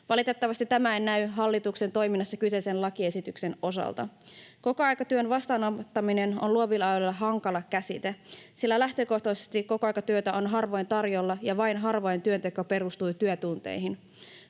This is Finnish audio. Valitettavasti tämä ei näy hallituksen toiminnassa kyseisen lakiesityksen osalta. Kokoaikatyön vastaanottaminen on luovilla aloilla hankala käsite, sillä lähtökohtaisesti kokoaikatyötä on harvoin tarjolla ja vain harvoin työnteko perustuu työtunteihin.